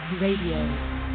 Radio